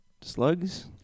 slugs